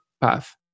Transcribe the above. path